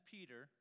Peter